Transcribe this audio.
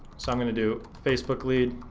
so i'm gonna do facebook lead